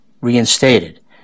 reinstated